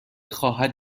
خواهد